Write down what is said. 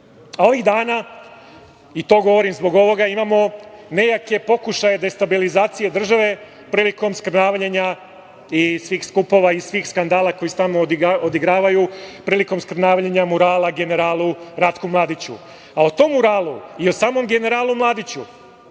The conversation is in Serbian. dana, i to govorim zbog ovoga imamo nejake pokušaje destabilizacije države prilikom skrnavljenja i svih skupova i svih skandala koji stanu, odigravaju, prilikom skrnavljenja murala generalu Ratku Mladiću. O tom muralu i o samom generalu Mladiću